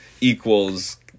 equals